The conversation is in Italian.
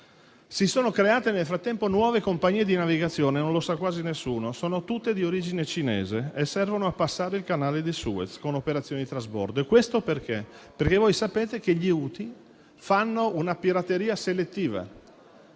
si sono create nuove compagnie di navigazione (non lo sa quasi nessuno): sono tutte di origine cinese e servono a passare il Canale di Suez con operazioni di trasbordo, perché, come sapete, gli Houthi fanno una pirateria selettiva,